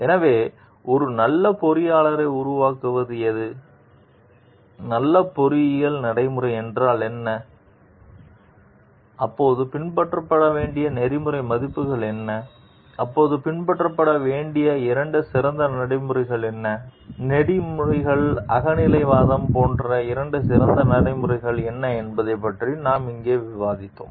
எனவே ஒரு நல்ல பொறியியலாளரை உருவாக்குவது எது நல்ல பொறியியல் நடைமுறை என்றால் என்ன அப்போது பின்பற்றப்பட வேண்டிய நெறிமுறை மதிப்புகள் என்ன அப்போது பின்பற்றப்பட வேண்டிய இரண்டு சிறந்த நடைமுறைகள் என்ன நெறிமுறை அகநிலைவாதம் போன்ற இரண்டு சிறந்த நடைமுறைகள் என்ன என்பதைப் பற்றி நாம் இங்கே விவாதித்துள்ளோம்